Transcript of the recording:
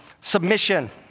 Submission